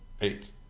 Eight